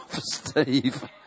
Steve